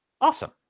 Awesome